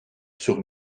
sur